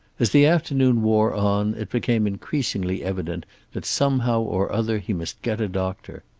as the afternoon wore on, it became increasingly evident that somehow or other he must get a doctor.